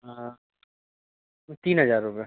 हाँ तो तीन हज़ार रुपये